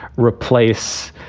replace